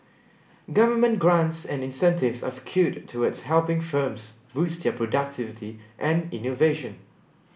government grants and incentives are skewed towards helping firms boost their productivity and innovation